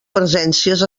presències